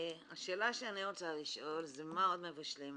השאלה שאני רוצה לשאול זה מה עוד מבשלים לנו.